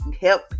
help